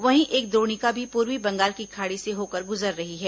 वहीं एक द्रोणिका भी पूर्वी बंगाल की खाड़ी से होकर गुजर रही है